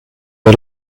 the